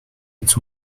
its